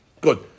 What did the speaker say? Good